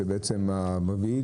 זה בעצם ---,